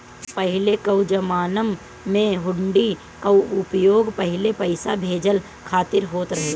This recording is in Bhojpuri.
पहिले कअ जमाना में हुंडी कअ उपयोग पहिले पईसा भेजला खातिर होत रहे